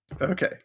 Okay